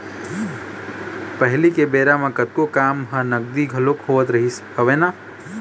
पहिली के बेरा म कतको काम ह नगदी घलोक होवत रिहिस हवय ना